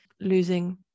losing